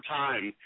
time